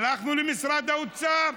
הלכנו למשרד האוצר,